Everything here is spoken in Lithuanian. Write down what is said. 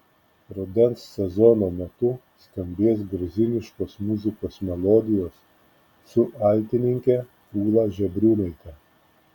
rudens sezono metu skambės gruziniškos muzikos melodijos su altininke ūla žebriūnaite